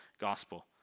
gospel